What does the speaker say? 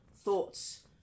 Thoughts